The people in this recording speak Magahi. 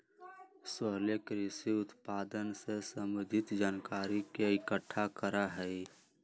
सोहेल कृषि उत्पादन से संबंधित जानकारी के इकट्ठा करा हई